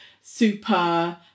super